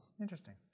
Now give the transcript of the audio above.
Interesting